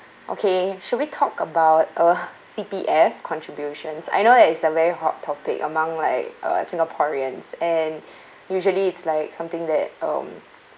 okay shall we talk about uh C_P_F contributions I know there it's a very hot topic among like uh singaporeans and usually it's like something that um